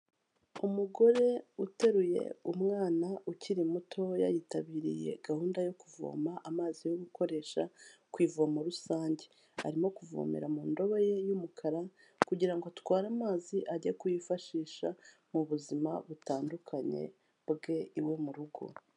Umugore uteruye umwana ukiri mutoya, yitabiriye gahunda yo kuvoma amazi yo gukoresha ku ivomo rusange, arimo kuvomera mu ndobo ye y'umukara kugira ngo atware amazi ajye kuyifashisha mu buzima butandukanye bwe iwe mu rugo.